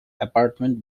apartment